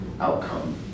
outcome